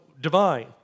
divine